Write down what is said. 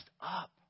up